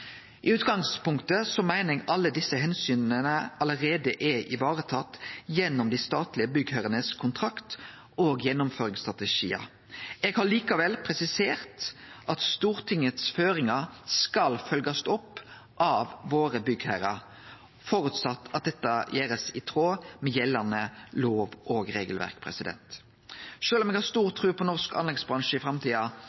I utgangspunktet meiner eg at alle desse omsyna allereie er tatt vare på gjennom kontraktane til dei statlege byggherrane og gjennomføringsstrategiane deira. Eg har likevel presisert at føringane frå Stortinget skal følgjast opp av byggherrane våre, under føresetnad av at det blir gjort i tråd med gjeldande lov- og regelverk. Sjølv om eg har stor